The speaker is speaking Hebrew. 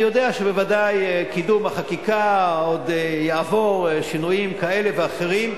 אני יודע שבוודאי קידום החקיקה עוד יעבור שינויים כאלה ואחרים,